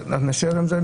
נישאר עם זה.